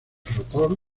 rotor